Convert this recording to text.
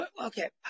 Okay